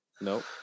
Nope